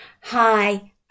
Hi